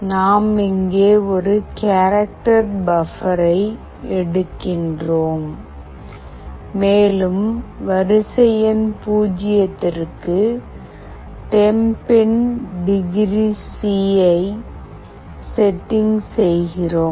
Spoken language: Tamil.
நாம் இங்கே ஒரு கேரக்டர் பிவர் எடுக்கிறோம் மேலும் வரிசை எண் பூஜ்ஜியத்திற்கு "temp in degree C" "Temp in Degree C" ஐ செட்டிங் செய்கிறோம்